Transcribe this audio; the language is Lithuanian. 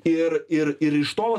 ir ir ir iš to